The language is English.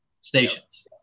stations